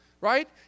right